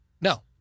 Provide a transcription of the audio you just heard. No